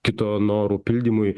kito norų pildymui